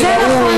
מי ראוי,